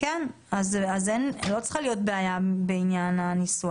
אז לא צריכה להיות בעיה בעניין הניסוח.